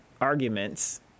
arguments